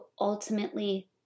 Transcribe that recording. ultimately